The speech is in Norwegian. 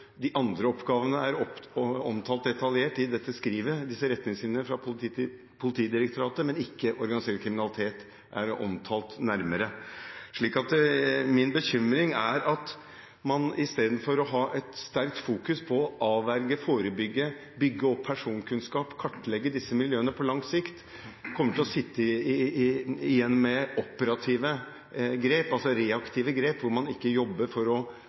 de andre oppgavene er omtalt detaljert i retningslinjene fra Politidirektoratet, men organisert kriminalitet er ikke omtalt nærmere. Min bekymring er at man istedenfor å ha et sterkt fokus på å avverge, forebygge, bygge opp personkunnskap og kartlegge disse miljøene på lang sikt kommer til å sitte igjen med operative grep, reaktive grep, hvor man ikke jobber for å